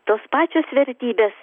tos pačios vertybės